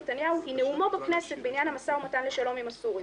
נא לשמור על השקט.